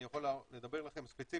אני יכול לומר לכם ספציפית,